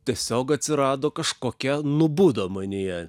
tiesiog atsirado kažkokia nubudo manyje